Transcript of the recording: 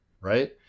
right